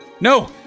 No